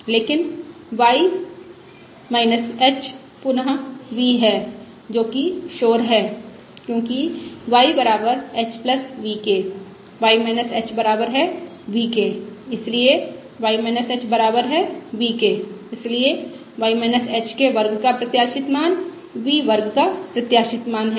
लेकिन y h पून v है जो कि शोर है क्योंकि y बराबर h v के y h बराबर है v के इसलिए y h बराबर v के इसलिए के वर्ग का प्रत्याशित मान v वर्ग का प्रत्याशित मान है